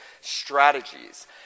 strategies